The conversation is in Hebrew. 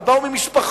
אבל באו ממשפחות